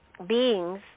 beings